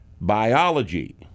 biology